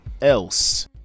else